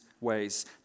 ways